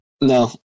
No